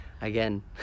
again